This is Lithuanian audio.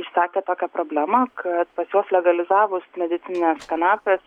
išsakė tokią problemą kad pas juos legalizavus medicinines kanapes